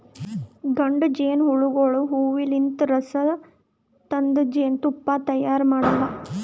ಗಂಡ ಜೇನಹುಳಗೋಳು ಹೂವಲಿಂತ್ ರಸ ತಂದ್ ಜೇನ್ತುಪ್ಪಾ ತೈಯಾರ್ ಮಾಡಲ್ಲಾ